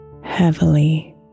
heavily